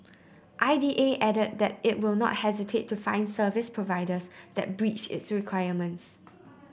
I D A added that it will not hesitate to fine service providers that breach its requirements